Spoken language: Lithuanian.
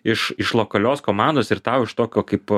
iš iš lokalios komandos ir tau iš tokio kaip